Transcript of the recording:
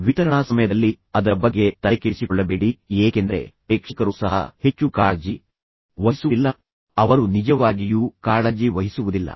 ವಿತರಣಾ ಸಮಯದಲ್ಲಿ ಅದರ ಬಗ್ಗೆ ತಲೆಕೆಡಿಸಿಕೊಳ್ಳಬೇಡಿ ಏಕೆಂದರೆ ಪ್ರೇಕ್ಷಕರು ಸಹ ಹೆಚ್ಚು ಕಾಳಜಿ ವಹಿಸುವುದಿಲ್ಲ ಅವರು ನಿಜವಾಗಿಯೂ ಕಾಳಜಿ ವಹಿಸುವುದಿಲ್ಲ